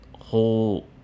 whole